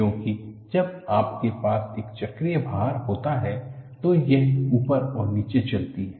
क्योंकि जब आपके पास एक चक्रीय भार होता है तो यह ऊपर और नीचे चलती है